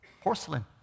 porcelain